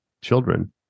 children